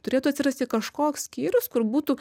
turėtų atsirasti kažkoks skyrius kur būtų